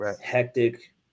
hectic